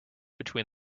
between